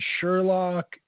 Sherlock